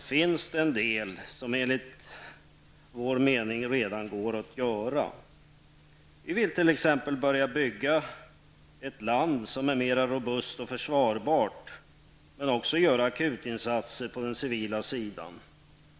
finns det en del saker som det enligt vår mening redan är möjligt att göra. Vi vill t.ex. börja bygga upp ett land som är mera robust och försvarbart. Men vi vill också göra akutinsatser på den civila sidan.